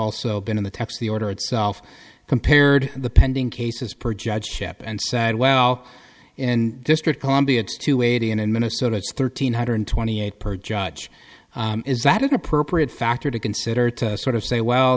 also been in the text the order itself compared the pending cases per judge ship and said well in district columbia two waiting in minnesota it's thirteen hundred twenty eight per judge is that an appropriate factor to consider to sort of say well